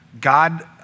God